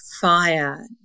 fire